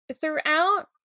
throughout